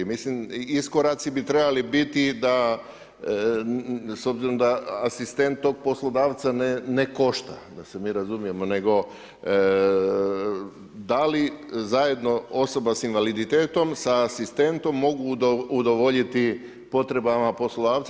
Mislim i iskoraci bi trebali biti da, s obzirom da asistent tog poslodavca ne košta, da se mi razumijemo, nego da li zajedno osoba s invaliditetom, sa asistentom mogu udovoljiti potrebama poslodavca?